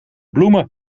bloemen